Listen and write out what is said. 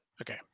Okay